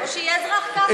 או שיהיה אזרח קטאר.